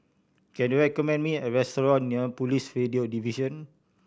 can you recommend me a restaurant near Police Radio Division